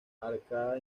arcada